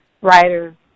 writers